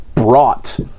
brought